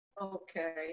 Okay